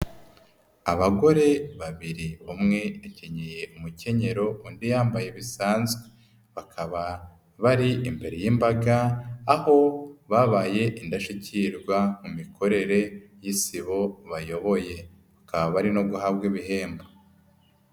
Abagore babiri umwe akenyeye umukenyero, undi yambaye bisanzwe . Bakaba bari imbere y'imbaga aho babaye indashyikirwa mu mikorere y'isibo bayoboye, bakaba bari no guhabwa ibihembo.